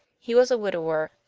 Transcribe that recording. he was a widower,